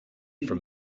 from